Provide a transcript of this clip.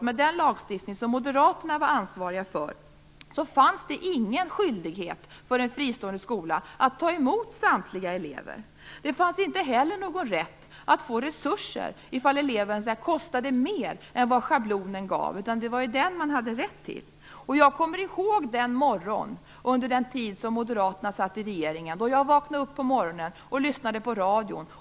Med den lagstiftning som moderaterna var ansvariga för fanns det ingen skyldighet för en fristående skola att ta emot samtliga elever. Det fanns inte heller någon rätt att få resurser om eleven kostade mer än vad schablonen gav. Det var den man hade rätt till. Jag kommer ihåg en morgon under den tid då moderaterna satt i regeringen när jag vaknade upp och lyssnade på radion.